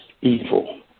evil